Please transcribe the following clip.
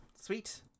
Sweet